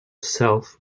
self